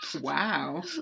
Wow